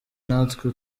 natwe